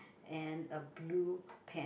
and a blue pant